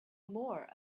more